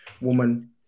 woman